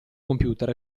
computer